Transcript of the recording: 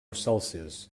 celsius